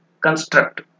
construct